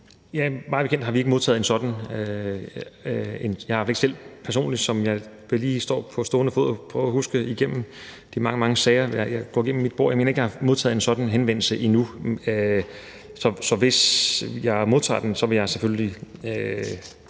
Mig bekendt har vi ikke modtaget noget sådant. Jeg har i hvert fald ikke selv personligt. Jeg prøver lige her på stående fod at huske de mange, mange sager, der går gennem mit bord, men jeg mener ikke, jeg har modtaget en sådan henvendelse endnu. Hvis jeg modtager den, vil jeg selvfølgelig